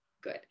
good